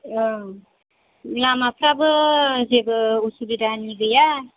लामाफ्राबो जेबो उसुबिदानि गैया